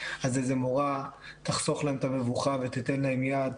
אז איזה מורה תחסוך להם את המבוכה ותיתן להם יד.